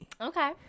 okay